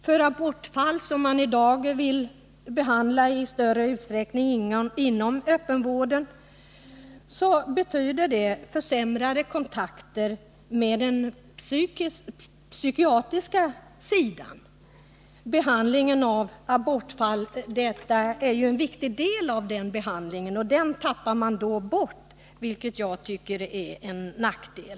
För abortfall, som man i dag vill behandla i större utsträckning inom öppenvården, betyder det försämrad psykiatrisk behandling, som är en viktig del i behandlingen av abortfallen. Den tappar man alltså bort, vilket jag tycker är en nackdel.